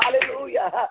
hallelujah